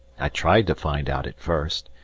i tried to find out at first,